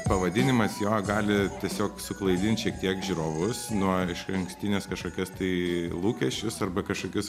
pavadinimas jo gali tiesiog suklaidint šiek tiek žiūrovus nuo išankstinės kažkokius tai lūkesčius arba kažkokius